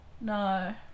No